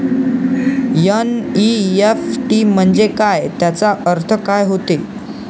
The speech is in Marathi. एन.ई.एफ.टी म्हंजे काय, त्याचा अर्थ काय होते?